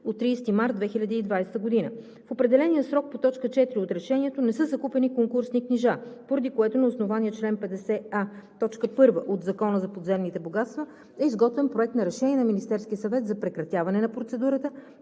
от 30 март 2020 г. В определения срок по т. 4 от Решението не са закупени конкурсни книжа, поради което на основание чл. 50а, т. 1 от Закона за подземните богатства е изготвен Проект на решение на Министерския съвет за прекратяване на процедурата